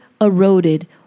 eroded